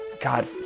God